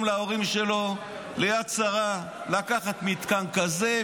בשביל ההורים שלו ליד שרה לקחת מתקן כזה,